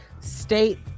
State